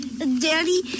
Daddy